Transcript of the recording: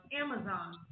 Amazon